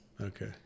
okay